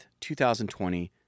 2020